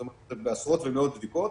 מדובר בעשרות ומאות בדיקות.